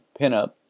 Pinup